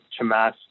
chamas